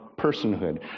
personhood